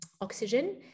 oxygen